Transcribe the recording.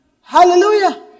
Hallelujah